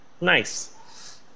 Nice